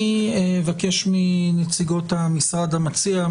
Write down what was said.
אני אבקש מנציגות המשרד המציע,